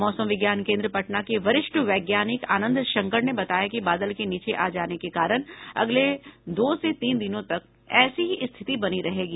मौसम विज्ञान केन्द्र पटना के वरिष्ठ वैज्ञानिक आनंद शंकर ने बताया कि बादल के नीचे आ जाने के कारण अगले दो से तीन दिनों तक ऐसी ही स्थिति बनी रहेगी